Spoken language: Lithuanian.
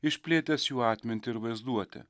išplėtęs jų atmintį ir vaizduotę